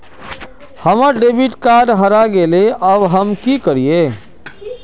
हमर debit card हरा गेले अब हम की करिये?